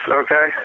okay